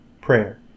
prayer